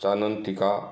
चानन टीका